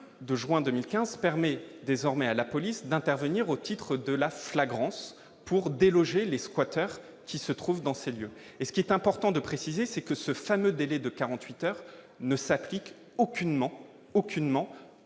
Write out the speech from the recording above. de juin 2015 permet désormais à la police d'intervenir au titre de la flagrance pour déloger les squatters qui se trouvent dans ces lieux et ce qui est important de préciser, c'est que ce fameux délai de 48 heures ne s'applique aucunement, aucunement